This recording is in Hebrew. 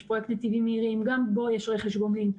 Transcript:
יש פרויקט נתיבים מהירים וגם בו יש רכש גומלין,